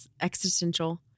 existential